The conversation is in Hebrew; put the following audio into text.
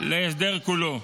להסדר כולו,